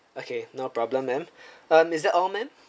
okay no problem ma'am um is that all ma'am